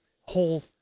whole